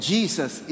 Jesus